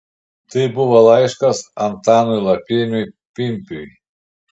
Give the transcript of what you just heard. tai buvo laiškas antanui lapieniui pimpiui